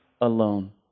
alone